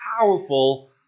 powerful